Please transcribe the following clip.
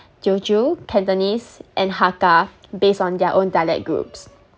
teochew cantonese and hakka based on their own dialect groups